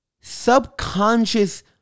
subconscious